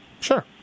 sure